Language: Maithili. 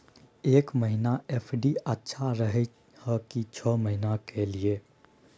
एक महीना एफ.डी अच्छा रहय हय की छः महीना के लिए?